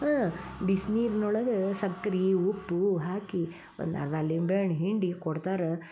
ಹಾಂ ಬಿಸ್ನೀರ್ನೊಳಗೆ ಸಕ್ರೆ ಉಪ್ಪು ಹಾಕಿ ಒಂದು ಅರ್ಧ ಲಿಂಬೆಹಣ್ಣು ಹಿಂಡಿ ಕೊಡ್ತಾರೆ